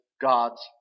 god's